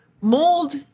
mold